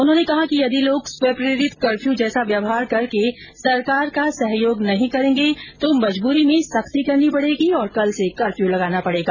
उन्होंने कहा कि यदि लोग स्वप्नेरित कर्फ्यू जैसा व्यवहार करके सरकार का सहयोग नहीं करेंगे तो मजबुरी में सख्ती करनी पडेगी और कल से कर्फ्य लगाना पडेगा